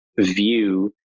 view